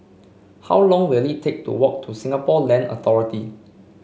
how long will it take to walk to Singapore Land Authority